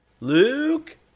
Luke